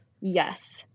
Yes